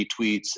retweets